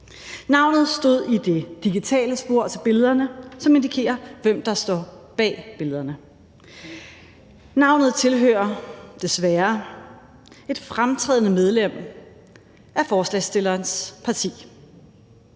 Navnet stod i det digitale spor til billederne, som indikerer, hvem der står bag billederne. Navnet tilhører desværre et fremtrædende medlem af forslagsstillerens parti.